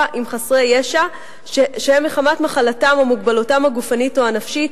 עם חסרי ישע שהם מי שמחמת מחלתם או מוגבלותם הגופנית או הנפשית,